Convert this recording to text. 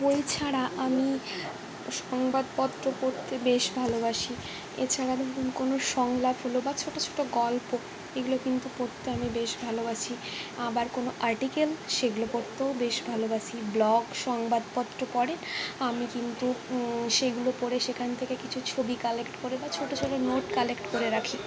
বই ছাড়া আমি সংবাদপত্র পড়তে বেশ ভালোবাসি এ ছাড়া নতুন কোনো সংলাপ হল বা ছোট ছোট গল্প এগুলো কিন্তু পড়তে আমি বেশ ভালোবাসি আবার কোনো আর্টিকেল সেগুলো পড়তেও বেশ ভালোবাসি ব্লগ সংবাদপত্র পড়ে আমি কিন্তু সেগুলো পড়ে সেখান থেকে কিছু ছবি কালেক্ট করে বা ছোট ছোট নোট কালেক্ট করে রাখি